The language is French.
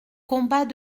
combat